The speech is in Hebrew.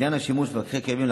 לעניין השימוש במשככי כאבים,